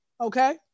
Okay